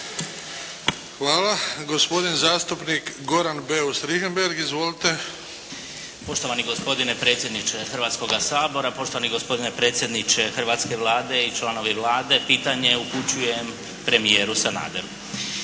Hvala. Gospodin zastupnik Goran Beus Richembergh. Izvolite. **Beus Richembergh, Goran (HNS)** Poštovani gospodine predsjedniče Hrvatskoga sabora, poštovani gospodine predsjedniče hrvatske Vlade, članovi Vlade. Pitanje upućujem premijeru Sanaderu.